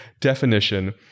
definition